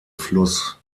fluss